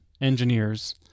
engineers